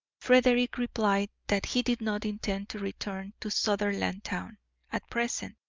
frederick replied that he did not intend to return to sutherlandtown at present